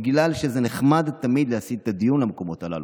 בגלל שנחמד תמיד להסיט את הדיון למקומות הללו.